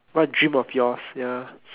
what dream of yours ya